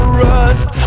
rust